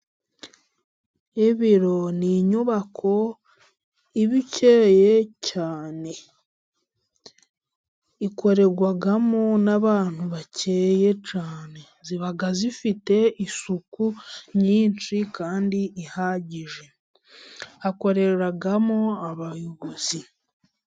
Ibiro ni inyubako iba ikeye cyane, ikorerwamo n'abantu bakeye cyane, iba ifite isuku nyinshi kandi ihagije. Hakoreramo abayobozi.